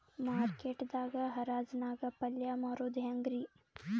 Market ದಾಗ್ ಹರಾಜ್ ನಾಗ್ ಪಲ್ಯ ಮಾರುದು ಹ್ಯಾಂಗ್ ರಿ?